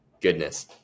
Goodness